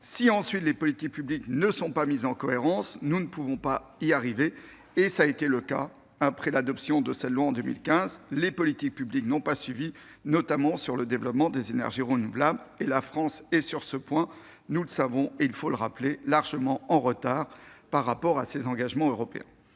si ensuite les politiques publiques ne sont pas mises en cohérence. Or tel a été le cas après l'adoption de la loi susvisée en 2015 : les politiques publiques n'ont pas suivi, notamment sur le développement des énergies renouvelables. La France est sur ce point, nous le savons et il faut le rappeler, largement en retard par rapport à ses engagements européens.